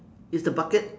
is the bucket